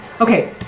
Okay